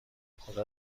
خدا